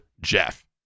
Jeff